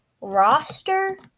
roster